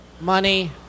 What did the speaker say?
money